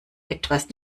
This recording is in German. etwas